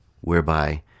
whereby